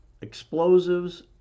explosives